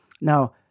Now